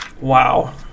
wow